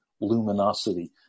luminosity